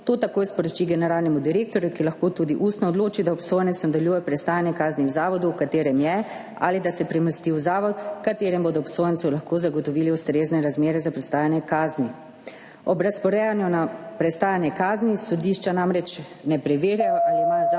to takoj sporoči generalnemu direktorju, ki lahko tudi ustno odloči, da obsojenec nadaljuje prestajanje kazni v zavodu, v katerem je, ali da se premesti v zavod, v katerem bodo obsojencu lahko zagotovili ustrezne razmere za prestajanje kazni. Ob razporejanju na prestajanje kazni sodišča namreč ne preverjajo, ali ima zavod,